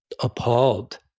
appalled